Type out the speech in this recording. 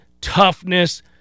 toughness